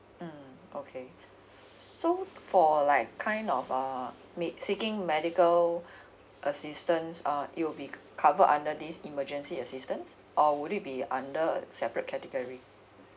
mm okay so for like kind of um make seeking medical assistance um it will be cover under this emergency assistance or would it be under a separate category